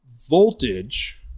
voltage